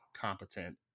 competent